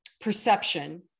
perception